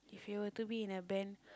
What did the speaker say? if you were to be in a band